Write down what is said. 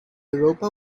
europa